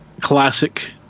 classic